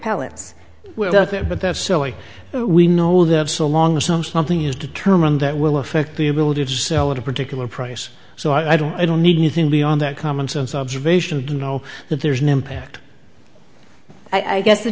welfare but that's solely we know they have so long as some something is determined that will affect the ability to sell at a particular price so i don't i don't need anything beyond that commonsense observation to know that there's an impact i guess the